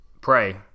Pray